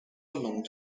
belong